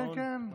כן, כן.